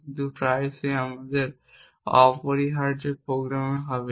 কিন্তু প্রায়শই আমাদের অপরিহার্য প্রোগ্রামে হবে